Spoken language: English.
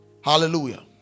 Hallelujah